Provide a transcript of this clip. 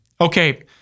Okay